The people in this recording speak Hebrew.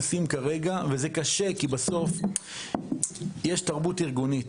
בסוף יש תרבות ארגונית.